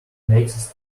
makes